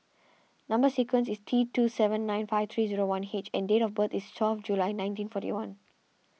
Number Sequence is T two seven nine five three zero one H and date of birth is twelve July nineteen forty one